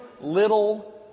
little